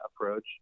approach